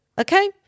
okay